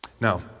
Now